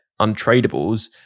untradables